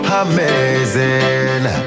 amazing